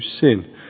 sin